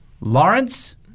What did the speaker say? Lawrence